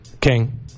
King